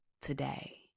today